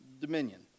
Dominion